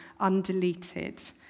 undeleted